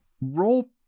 Roll